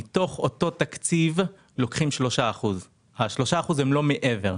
מתוך אותו תקציב לוקחים 3%. ה-3% הם לא מעבר,